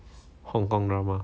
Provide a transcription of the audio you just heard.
Hong-Kong drama